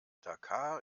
dakar